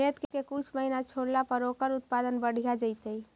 खेत के कुछ महिना छोड़ला पर ओकर उत्पादन बढ़िया जैतइ?